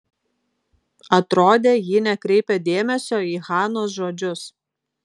atrodė ji nekreipia dėmesio į hanos žodžius